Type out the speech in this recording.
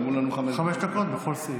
חמש דקות בכל סעיף.